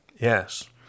Yes